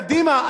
קדימה,